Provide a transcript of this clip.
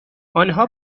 انها